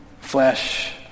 flesh